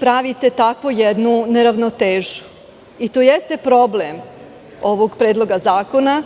pravite takvu jednu neravnotežu. To jeste problem ovog predloga zakona,